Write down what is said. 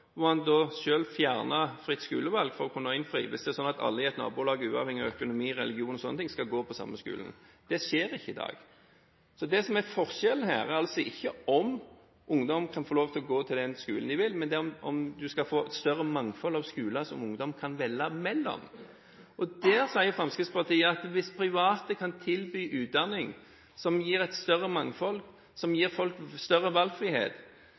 fritt skolevalg, hvis det er sånn at alle i et nabolag – uavhengig av økonomi, religion og sånne ting – skal gå på samme skole. Det skjer ikke i dag. Det som er forskjellen her, er ikke om ungdom kan få lov til å gå på den skolen de vil, men om en skal få et større mangfold av skoler som ungdom kan velge imellom. Fremskrittspartiet sier at hvis private kan tilby utdanning som gir et større mangfold, som gir folk større valgfrihet,